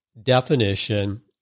definition